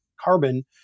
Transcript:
carbon